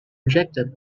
rejected